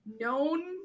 known